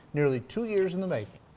nearly two years in the making.